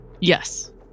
Yes